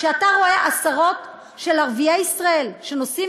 כשאתה רואה עשרות של ערביי ישראל שנוסעים